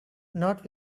not